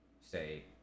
say